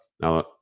Now